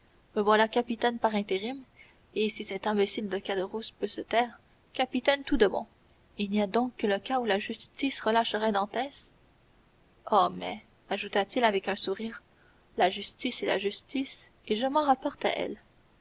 voilà capitaine par intérim et si cet imbécile de caderousse peut se taire capitaine tout de bon il n'y a donc que le cas où la justice relâcherait dantès oh mais ajouta-t-il avec un sourire la justice est la justice et je m'en rapporte à elle